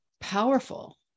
powerful